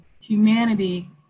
humanity